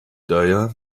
daher